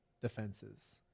defenses